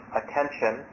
attention